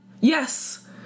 Yes